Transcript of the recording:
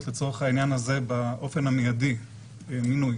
לצורך העניין הזה באופן המיידי מינוי